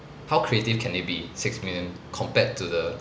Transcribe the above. how creative can it be six million compared to the